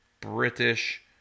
British